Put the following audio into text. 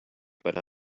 but